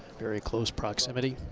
very close proximity.